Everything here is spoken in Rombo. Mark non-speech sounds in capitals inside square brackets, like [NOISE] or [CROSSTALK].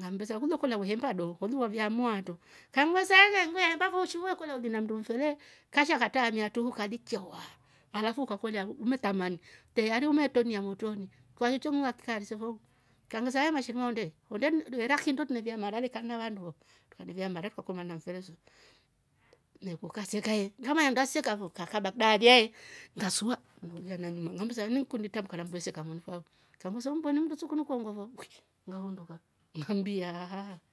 ngambesa ulekolya ulihemba do uli wavyaamua atro kangvesa eyeye ngeve hemba fo shi kolya uli na mndu mfele kasha katraamia truhu kavichya huwaa alafu ukakolya ulitamani tayari umetronia motroni, kwaicho ngilakikaarisefo kangivesa haya mashirima ondee onde ira kihindo tule vyaa mara lekana na `vandu vo tukalevyaa mara trukakomaana na mfele so mmeku kaseka ngamanya ngaseka fo ngakaba kidalya ngasua, ngikundi itrambuka nammdu seka moni fau umbweni mndu su kunu koongo fo, ngahunduka [LAUGHS] ngambiaa ahaa